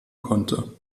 konnte